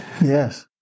Yes